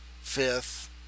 fifth